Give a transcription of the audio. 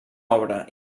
obra